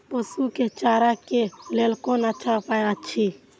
पशु के चारा के लेल कोन अच्छा उपाय अछि?